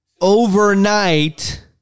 overnight